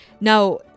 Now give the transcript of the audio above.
Now